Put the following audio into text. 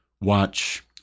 watch